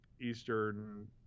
Eastern